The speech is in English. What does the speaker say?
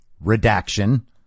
redaction